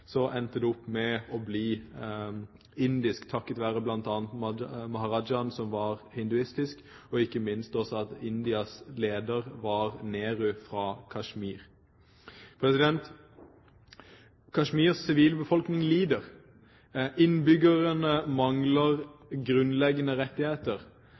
endte det opp med å bli indisk, takket være bl.a. maharajaen som var hinduistisk, og ikke minst også at Indias leder var Nehru fra Kashmir. Kashmirs sivilbefolkning lider. Innbyggerne mangler grunnleggende rettigheter.